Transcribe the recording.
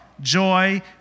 joy